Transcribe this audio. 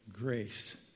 grace